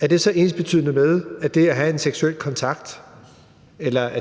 er det så ensbetydende med, at